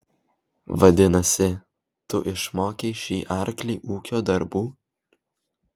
vadinasi tu išmokei šį arklį ūkio darbų